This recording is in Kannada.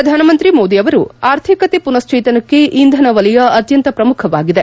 ಪ್ರಧಾನಮಂತ್ರಿ ಮೋದಿ ಅವರು ಆರ್ಥಿಕತೆ ಪುನಃಶ್ಚೇತನಕ್ಕೆ ಇಂಧನ ವಲಯ ಅತ್ಯಂತ ಪ್ರಮುಖವಾಗಿದೆ